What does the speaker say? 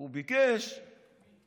לא שמעתי מה אמרת.